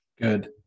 Good